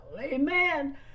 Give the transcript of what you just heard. Amen